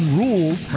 rules